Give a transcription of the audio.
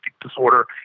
disorder